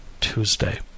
Tuesday